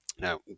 Now